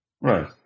Right